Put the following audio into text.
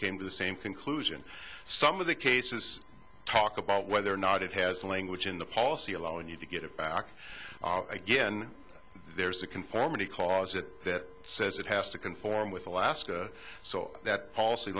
came to the same conclusion some of the cases talk about whether or not it has a language in the policy allowing you to get it back again there's a conformity cause that says it has to conform with alaska so that policy